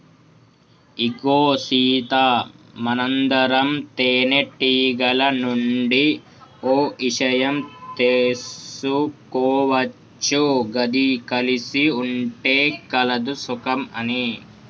ఇగో సీత మనందరం తేనెటీగల నుండి ఓ ఇషయం తీసుకోవచ్చు గది కలిసి ఉంటే కలదు సుఖం అని